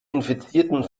infizierten